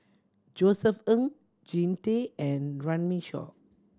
Josef Ng Jean Tay and Runme Shaw